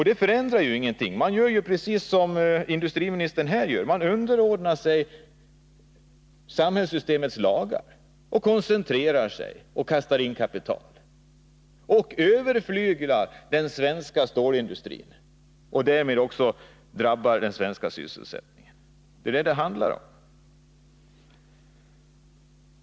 Det förändrar ingenting — man gör ju precis som industriministern här gör: man underordnar sig samhällssystemets lagar, koncentrerar sig och kastar in kapital. Man överflyglar därmed den svenska stålindustrin, vilket drabbar den svenska sysselsättningen. Det är ju detta som det handlar om.